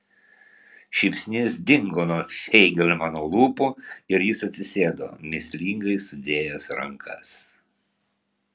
šypsnys dingo nuo feigelmano lūpų ir jis atsisėdo mįslingai sudėjęs rankas